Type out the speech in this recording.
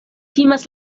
timas